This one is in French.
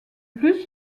plus